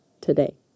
today